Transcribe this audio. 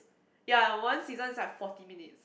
ya one season is like forty minutes